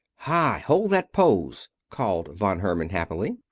hi! hold that pose! called von herman, happily.